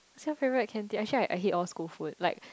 what's your favourite canteen actually I I hate all school food like